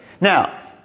Now